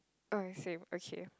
oh ya same okay